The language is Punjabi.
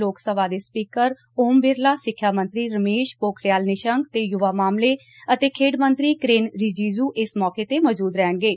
ਲੋਕਸਭਾ ਦੇ ਸਪੀਕਰ ਓਮ ਬਿਰਲਾ ਸਿੱਖਿਆ ਮੰਤਰੀ ਰਮੇਸ਼ ਪੋਖਰਿਆਲ ਨਿਸ਼ੰਕ ਤੇ ਯੁਵਾ ਮਾਮਲੇ ਅਤੇ ਖੇਡ ਮੰਤਰੀ ਕਿਰੇਨ ਰਿਜੀਜੁ ਇਸ ਮੌਕੇ ਤੇ ਮੌਜੁਦ ਰਹਿਣਗੇ